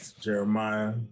Jeremiah